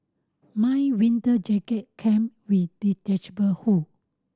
my winter jacket came with detachable hood